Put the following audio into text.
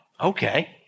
Okay